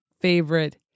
favorite